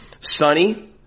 sunny